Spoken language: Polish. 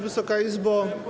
Wysoka Izbo!